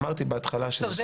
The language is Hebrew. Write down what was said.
אמרתי בהתחלה שזה סוגיה --- טוב,